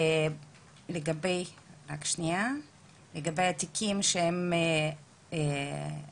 יש יחידה בדרום שעובדת, יחידה בצפון